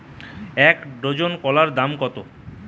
এক ডজন কলার দাম কত?